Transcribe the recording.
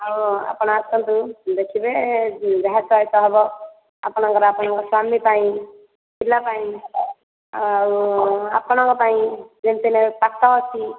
ଆଉ ଆପଣ ଆସନ୍ତୁ ଦେଖିବେ ଯାହା ଚଏସ ହେବ ଆପଣଙ୍କର ଆପଣଙ୍କ ସ୍ୱାମୀ ପାଇଁ ପିଲା ପାଇଁ ଆଉ ଆପଣଙ୍କ ପାଇଁ ଯେମିତି ହେଲେ ପାଟ ଅଛି